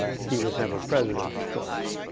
he was never president, of course.